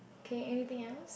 okay anything else